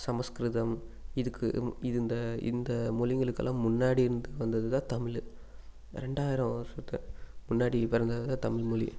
சமஸ்கிருதம் இதுக்கும் இது இந்த இந்த மொழிகளுக்கெல்லாம் முன்னாடி இருந்து வந்தது தான் தமிழ் ரெண்டாயிரம் வர்ஷத்தை முன்னாடி பிறந்தது தான் தமிழ் மொழி